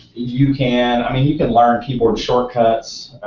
you can i mean you can learn keyboard shortcuts,